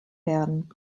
werden